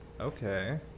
Okay